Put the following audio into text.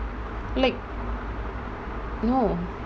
like no